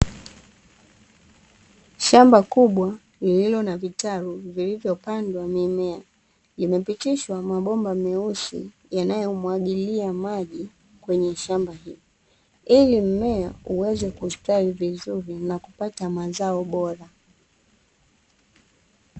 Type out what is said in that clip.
Shamba kubwa lililo na vitalu vilivyopandwa mimea, imepitishwa mabomba meusi yanayomwagilia maji kwenye shamba hilo, ili mmea uweze kustawi vizuri na kupata mazao bora.